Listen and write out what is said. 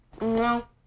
No